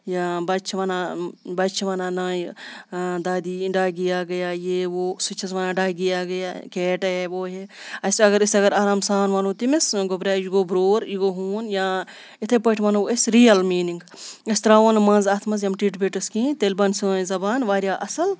یا بَچہِ چھِ وَنان بَچہِ چھِ وَنان نانہِ دادی یہِ ڈاگی آگیا یہ وہ سُہ تہِ چھَس وَنان ڈاگی آگیا کیٹ ہے وہ ہے اَسہِ اگر أسۍ اگر آرام سان وَنو تیٚمِس گوٚبرا یہِ گوٚو برٛوور یہِ گوٚو ہوٗن یا یِتھَے پٲٹھۍ وَنو أسۍ رِیَل میٖنِنٛگ أسۍ ترٛاوو نہٕ مںٛز اَتھ منٛز یِم ٹِٹ بِٹٕس کِہیٖنۍ تیٚلہِ بَنہِ سٲنۍ زبان واریاہ اَصٕل